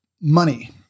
Money